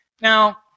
Now